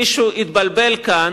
מישהו התבלבל כאן,